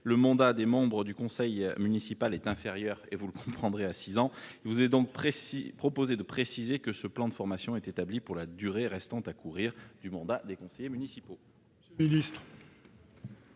du mandat des membres du conseil municipal est inférieure à six ans. Il est donc proposé de préciser que ce plan de formation est établi « pour la durée restant à courir des mandats des conseillers municipaux